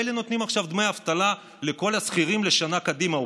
ממילא נותנים עכשיו דמי אבטלה לכל השכירים לשנה קדימה,